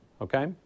Okay